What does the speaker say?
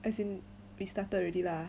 as in we started already lah